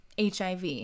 HIV